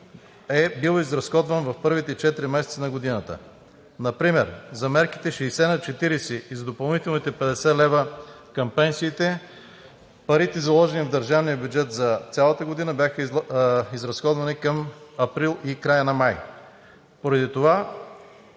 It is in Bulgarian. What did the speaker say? е бил изразходван в първите четири месеца на годината. Например за мерките 60/40 и за допълнителните 50 лв. към пенсиите, парите заложени в държавния бюджет за цялата година бяха изразходвани към април и края на май. Поради това